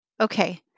Okay